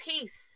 peace